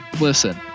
listen